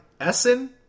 Essen